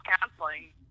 counseling